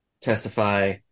Testify